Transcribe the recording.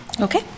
Okay